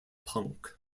punk